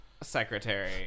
secretary